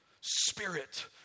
spirit